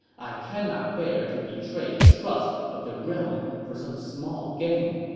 i cannot bear to betray the trust of the realm for some small gain.